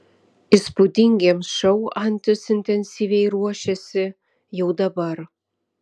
įspūdingiems šou antis intensyviai ruošiasi jau dabar